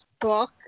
book